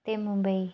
ते मुमबेई